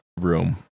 room